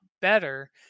better